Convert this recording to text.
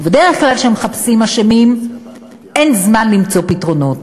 ובדרך כלל כשמחפשים אשמים אין זמן למצוא פתרונות.